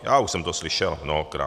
Já už jsem to slyšel mnohokrát.